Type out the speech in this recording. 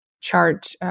chart